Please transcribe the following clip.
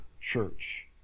church